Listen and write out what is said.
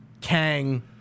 Kang